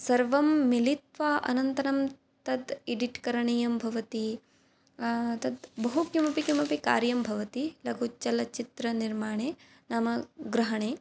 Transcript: सर्वं मिलित्वा अनन्तरं तद् इडिट् करणीयं भवति तत् बहु किमपि किमपि कार्यं भवति लघुचलचित्रनिर्माणे नाम ग्रहणे